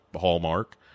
hallmark